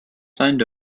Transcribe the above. signed